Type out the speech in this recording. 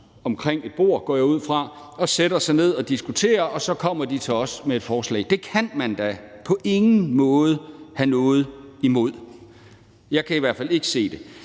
omkring et bord, går jeg ud fra, og sætter sig ned og diskuterer, og de kommer så til os med et forslag. Det kan man da på ingen måde have noget imod. Jeg kan i hvert fald ikke se det.